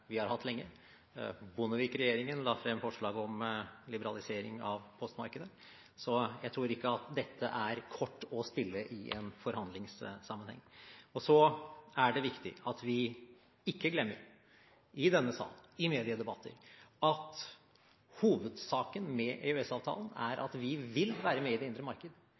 vi har hatt lenge – Bondevik-regjeringen la frem forslag om liberalisering av postmarkedet – så jeg tror ikke at dette er kort å spille i en forhandlingssammenheng. Så er det viktig at vi ikke glemmer i denne sal og i mediedebatter at hovedsaken med EØS-avtalen er at vi vil være med i det indre marked.